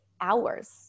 hours